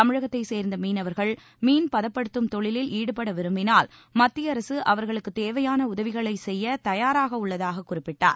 தமிழகத்தைச் சேர்ந்த மீளவர்கள் மீள் பதப்படுத்தும் தொழிலில் ஈடுபட விரும்பினால் மத்திய அரசு அவர்களுக்குத் தேவையான உதவிகளை செய்யத் தயாராக உள்ளதாக குறிப்பிட்டார்